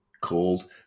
called